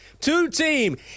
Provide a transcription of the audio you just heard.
two-team